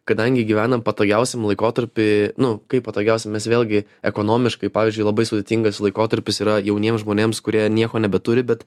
kadangi gyvenam patogiausiam laikotarpy nu kaip patogiausiam mes vėlgi ekonomiškai pavyzdžiui labai sudėtingas laikotarpis yra jauniems žmonėms kurie nieko nebeturi bet